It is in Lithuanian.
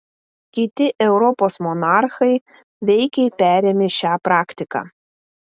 kiti europos monarchai veikiai perėmė šią praktiką